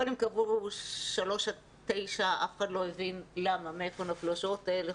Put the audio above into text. קודם קבעו 15:00 21:00 ואף אחד לא הבין למה שעות אלו,